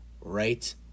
right